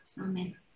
Amen